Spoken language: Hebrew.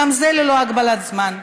וגם זה ללא הגבלת זמן.